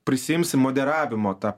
prisiimsim modeliavimo tą